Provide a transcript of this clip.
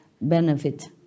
benefit